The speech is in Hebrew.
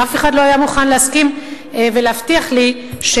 אף אחד לא היה מוכן להסכים ולהבטיח לי שעלויות